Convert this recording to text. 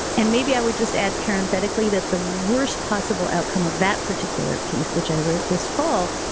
and maybe i would just add parenthetically that the worst possible outcome of that particular piece, which i wrote this fall,